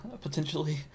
potentially